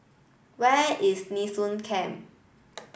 where is Nee Soon Camp